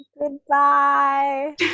Goodbye